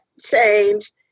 change